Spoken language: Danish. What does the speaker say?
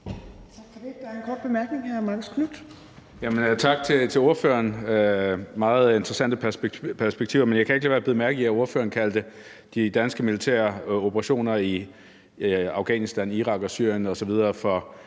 Torp): Der er en kort bemærkning fra hr. Marcus Knuth. Kl. 19:14 Marcus Knuth (KF): Tak til ordføreren for de meget interessante perspektiver, men jeg kan ikke lade være med at bide mærke i, at ordføreren kaldte de danske militære operationer i Afghanistan, Irak, Syrien osv.